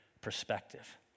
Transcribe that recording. perspective